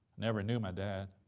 never knew my dad.